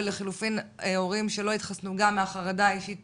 ולחילופין הורים שלא התחסנו מהחרדה האישית